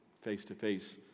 face-to-face